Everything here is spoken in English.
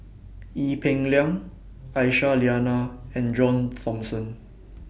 Ee Peng Liang Aisyah Lyana and John Thomson